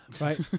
Right